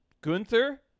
Gunther